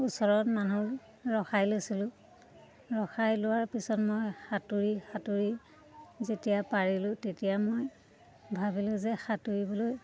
ওচৰত মানুহ ৰখাই লৈছিলোঁ ৰখাই লোৱাৰ পিছত মই সাঁতুৰি সাঁতুৰি যেতিয়া পাৰিলোঁ তেতিয়া মই ভাবিলোঁ যে সাঁতুৰিবলৈ